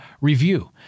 review